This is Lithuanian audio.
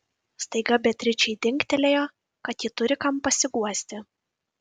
staiga beatričei dingtelėjo kad ji turi kam pasiguosti